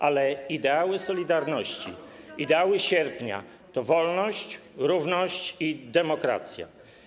Ale ideały „Solidarności”, ideały Sierpnia to wolność, równość i demokracja.